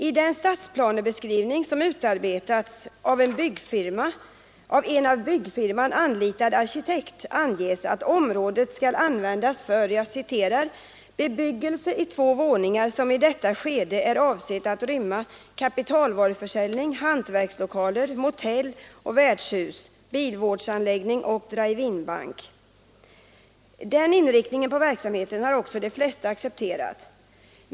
I den stadsplanebeskrivning som utarbetats av en av byggfirman anlitad arkitekt anges att området skall användas för ”bebyggelse i två våningar som i detta skede är avsedd att rymma kapitalvaruför | säljning, hantverkslokaler, motell och värdshus, bilvårdsanläggning och drive-in-bank”. Den inriktningen på verksamheten har också de flesta accepterat.